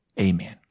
Amen